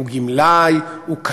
הוא גמלאי?